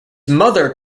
mother